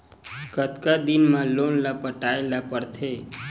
कतका दिन मा लोन ला पटाय ला पढ़ते?